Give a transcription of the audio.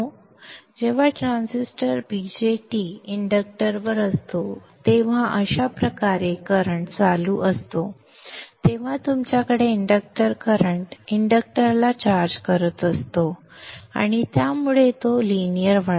जेव्हा transistor BJT इंडक्टरवर असतो तेव्हा अशाप्रकारे करंट चालू असतो तेव्हा तुमच्याकडे इंडक्टर करंट इंडक्टरला चार्ज करत असतो आणि त्यामुळे तो लिनियर वाढतो